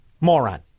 moron